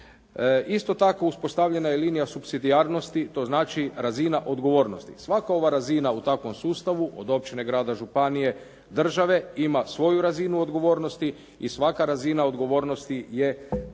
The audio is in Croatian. Isto tako uspostavljena je linija supsidijarnosti. To znači razina odgovornosti. Svaka ova razina u takvom sustavu od općine, grada, županije, države ima svoju razinu odgovornosti i svaka razina odgovornosti je